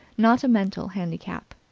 not a mental, handicap.